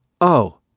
Oh